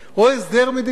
או הסדר מדיני.